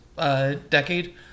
Decade